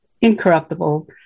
incorruptible